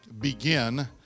begin